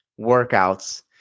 workouts